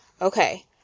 okay